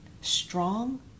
strong